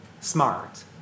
smart